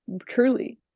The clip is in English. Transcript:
truly